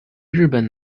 日本